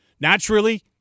Naturally